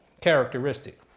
characteristic